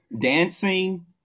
dancing